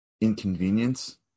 inconvenience